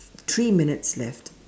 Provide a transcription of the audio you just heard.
three minutes left